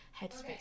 headspace